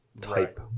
type